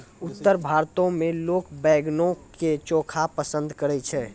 उत्तर भारतो मे लोक बैंगनो के चोखा पसंद करै छै